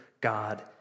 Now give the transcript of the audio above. God